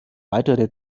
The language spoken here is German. weitere